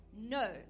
No